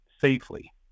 safely